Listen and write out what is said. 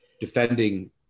defending